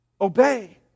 Obey